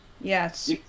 Yes